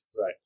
Right